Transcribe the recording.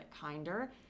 kinder